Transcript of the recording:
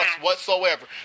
whatsoever